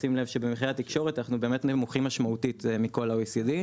תשים לב שבמחירי התקשורת אנחנו אמת נמוכים משמעותית מכל ה-OECD.